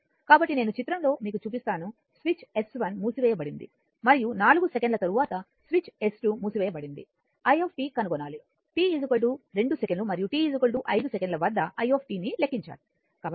కాబట్టి నేను చిత్రం లో మీకు చూపిస్తాను స్విచ్ S1 మూసివేయబడింది మరియు 4 సెకన్ల తరువాత స్విచ్ S2 మూసివేయబడింది iకనుగొనాలి t 2 సెకను మరియు t 5 సెకండ్ వద్ద i ని లెక్కించాలి